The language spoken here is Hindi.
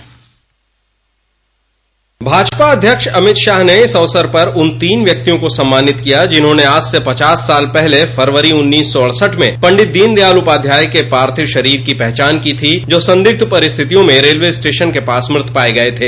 एक रिपोर्ट भाजपा अध्यक्ष अभित शाह ने इस अवसर पर कुल तीन व्यक्तियों को सम्मानित किया जिन्होने आज से पचास पहले फरवरी उन्नीस सौ अड़सठ में पू दीनदयाल उपाध्याय के पार्थिक शरीर की पहचान की थी जो संदिग्ध परिस्थितियों में रेलवे स्टेशन के पास मृत पायें गये थे